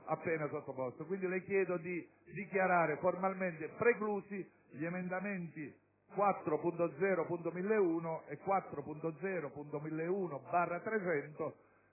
attenzione: quindi le chiedo di dichiarare formalmente preclusi gli emendamenti 4.0.1001 e 4.0.1001/300.